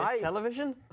television